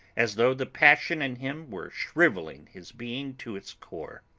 as though the passion in him were shrivelling his being to its core.